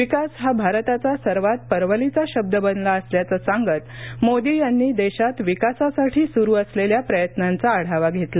विकास हा भारताचा सर्वात परवलीचा शब्द बनला असल्याचं सांगत मोदी यांनी देशात विकासासाठी सुरू असलेल्या प्रयत्नांचा आढावा घेतला